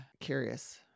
curious